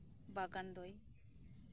ᱵᱟᱜᱟᱱ ᱫᱚᱭ